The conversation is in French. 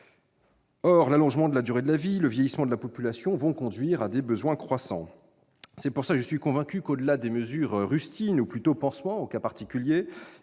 plus, l'allongement de la durée de la vie et le vieillissement de la population vont conduire à des besoins croissants. C'est pourquoi je suis convaincu que, au-delà des mesures « rustines », ou plutôt « pansements », en l'occurrence,